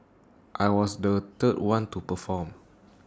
I was the third one to perform